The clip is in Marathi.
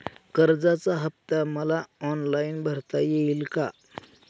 कर्जाचा हफ्ता मला ऑनलाईन भरता येईल का?